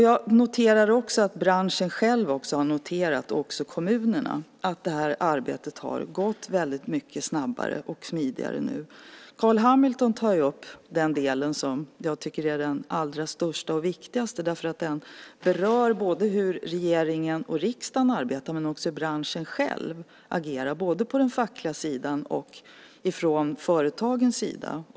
Jag noterar också att branschen och kommunerna har sett att arbetet går snabbare och smidigare nu. Carl B Hamilton tar upp den del som jag tycker är den viktigaste. Den berör både hur vi i regering och riksdag arbetar och hur branschen själv agerar, både på den fackliga sidan och på företagens sida.